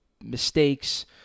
mistakes